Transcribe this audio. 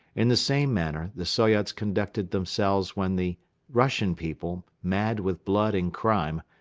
in the same manner the soyots conducted themselves when the russian people, mad with blood and crime,